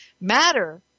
matter